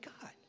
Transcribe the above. God